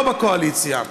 שלא בקואליציה,